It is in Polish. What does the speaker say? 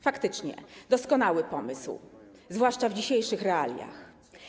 Faktycznie, doskonały pomysł, zwłaszcza w dzisiejszych realiach.